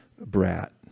brat